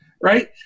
Right